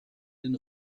den